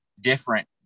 different